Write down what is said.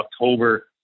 October